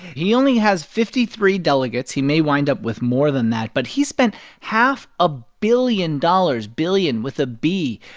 he only has fifty three delegates. he may wind up with more than that, but he spent half a billion dollars billion with a b.